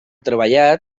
treballat